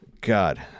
God